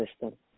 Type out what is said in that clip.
system